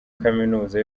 kaminuza